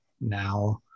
now